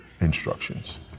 instructions